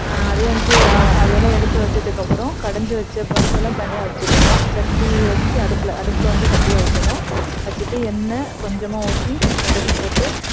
அதே வந்து ஆ அதெல்லாம் எடுத்து வைச்சதுக்கப்பறோம் கடைஞ்சி வைச்ச பருப்பெல்லாம் தனியாக வைச்சுக்கணும் சட்டி வெச்சு அடுப்பில் அடுப்பில் வந்து சட்டியை வைக்கணும் வெச்சுட்டு எண்ணெய் கொஞ்சமாக ஊற்றி கடுகு போட்டு